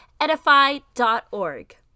edify.org